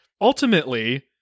ultimately